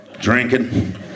Drinking